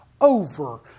over